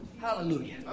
Hallelujah